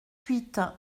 huit